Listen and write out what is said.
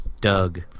Doug